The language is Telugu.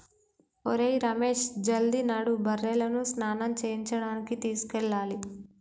ఒరేయ్ రమేష్ జల్ది నడు బర్రెలను స్నానం చేయించడానికి తీసుకెళ్లాలి